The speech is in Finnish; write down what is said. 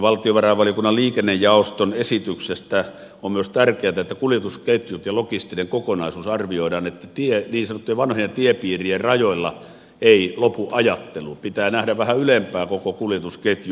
valtiovarainvaliokunnan liikennejaoston esityksen mukaan on myös tärkeätä että kuljetusketjut ja logistinen kokonaisuus arvioidaan niin että niin sanottujen vanhojen tiepiirien rajoilla ei lopu ajattelu pitää nähdä vähän ylempää koko kuljetusketju